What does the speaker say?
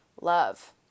love